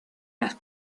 las